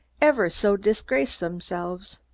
ever so disgraced themselves.